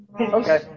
Okay